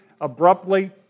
abruptly